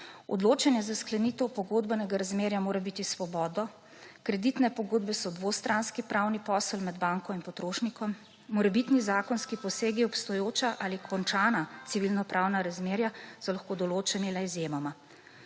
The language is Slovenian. odločanje za sklenitev pogodbenega razmerja mora biti svobodno; kreditne pogodbe so dvostranski pravni posel med banko in potrošnikom; morebitni zakonski posegi v obstoječa ali končana civilnopravna razmerja so lahko določeni le izjemoma.